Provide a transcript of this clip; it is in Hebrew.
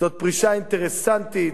זאת פרישה אינטרסנטית,